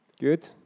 Good